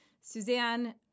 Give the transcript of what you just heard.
Suzanne